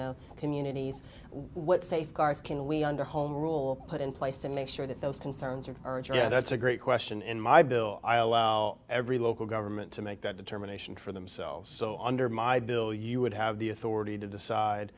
know communities what safeguards can we under home rule put in place and make sure that those concerns are that's a great question in my bill i allow every local government to make that determination for themselves so under my bill you would have the authority to decide